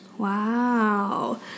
Wow